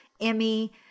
Emmy